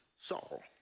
Saul